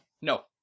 no